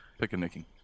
Picnicking